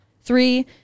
Three